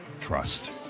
trust